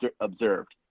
observed